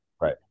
Right